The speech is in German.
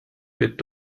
wird